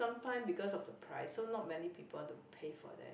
sometimes because of the price so not many people want to pay for that